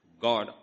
God